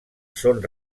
són